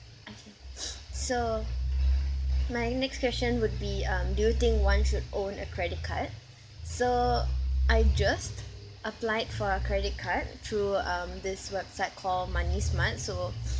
okay so my next question would be um do you think one should own a credit card so I just applied for a credit card through um this website call Moneysmart so